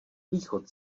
východ